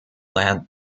land